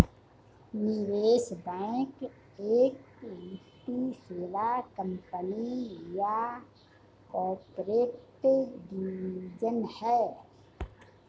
निवेश बैंक एक वित्तीय सेवा कंपनी या कॉर्पोरेट डिवीजन है